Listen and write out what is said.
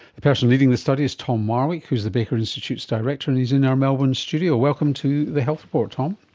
the person leading the study is tom marwick who is the baker institute's director, and he's in our melbourne studio. welcome to the health report, tom.